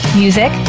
music